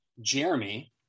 jeremy